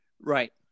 Right